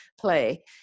play